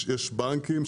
יש בנקים,